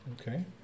Okay